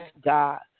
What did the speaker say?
God